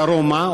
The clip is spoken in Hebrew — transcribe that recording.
דרומה,